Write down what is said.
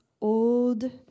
old